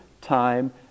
time